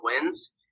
wins